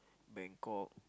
Bangkok